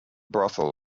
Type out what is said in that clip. brothel